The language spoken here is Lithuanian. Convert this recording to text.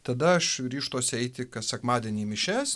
tada aš ryžtuosi eiti kas sekmadienį į mišias